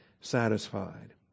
satisfied